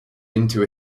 into